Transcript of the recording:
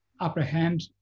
apprehend